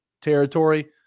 territory